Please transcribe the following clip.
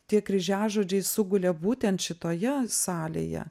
tie kryžiažodžiai sugulė būtent šitoje salėje